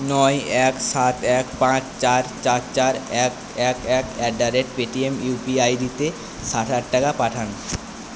নয় এক সাত এক পাঁচ চার চার চার এক এক এক at the rate Paytm UPI আই ডিতে ষাট হাজার টাকা পাঠান